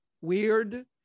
weird